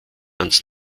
ans